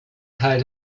teil